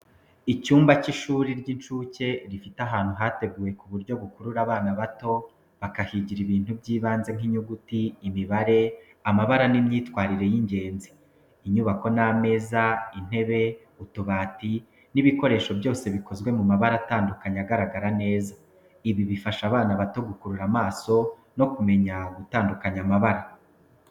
Icyumba cy’ishuri ry'inshuke rifite ahantu hateguwe ku buryo bukurura abana bato bakahigira ibintu by'ibanze nk’inyuguti, imibare, amabara n’imyitwarire y’ingenzi. Inyubako n’ameza, intebe, utubati n’ibikinisho byose bikozwe mu mabara atandukanye agaragara neza. Ibi bifasha abana bato gukurura amaso no kumenya gutandukanya amabara.